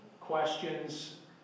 questions